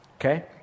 okay